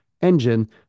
engine